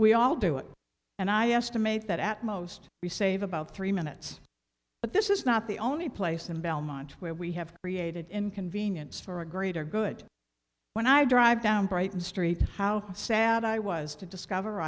we all do it and i estimate that at most we save about three minutes but this is not the only place in belmont where we have created inconvenience for a greater good when i drive down brighton st how sad i was to discover